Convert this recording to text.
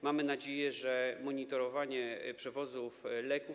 Mamy nadzieję, że monitorowanie przewozu leków.